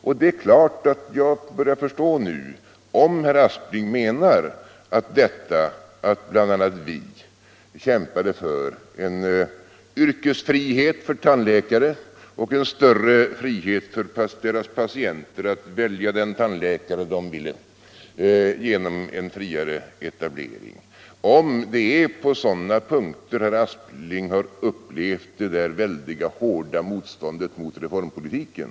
Jag börjar nu förstå herr Aspling, om han menar att det förhållandet att bl.a. vi kämpade för en yrkesfrihet för tandläkare och en större frihet för deras patienter att välja den tandläkare de ville ha, möjliggjord genom en friare etablering, skulle vara ett exempel på det väldiga motstånd han känner sig ha upplevt mot reformpolitiken.